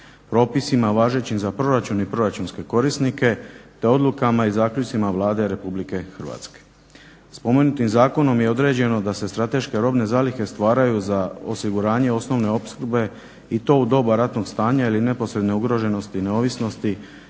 Propisima važećim za proračun i proračunske korisnike te odlukama i zaključcima Vlade Republike Hrvatske. Spomenutim zakonom je određeno da se strateške robne zalihe stvaraju za osiguranje osnove opskrbe i to u doba ratnog stanja ili neposredne ugroženosti i neovisnosti,